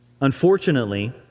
Unfortunately